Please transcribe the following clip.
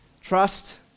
Trust